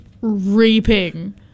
reaping